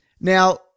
Now